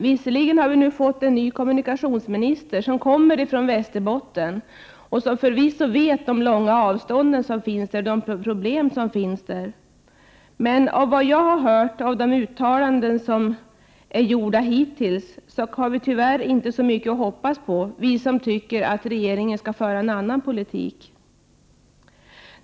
Visserligen har vi nu fått en ny kommunikationsminister, som kommer från Västerbotten och som förvisso vet vilka problem som är förknippade med de långa avstånden, men att döma av vad jag har hört av de uttalanden som gjorts hittills har vi tyvärr inte så mycket att hoppas på, vi som tycker att regeringen skall föra en annan politik.